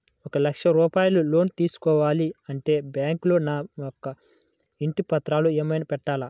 ఒక లక్ష రూపాయలు లోన్ తీసుకోవాలి అంటే బ్యాంకులో నా యొక్క ఇంటి పత్రాలు ఏమైనా పెట్టాలా?